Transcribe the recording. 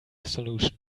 solution